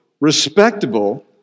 respectable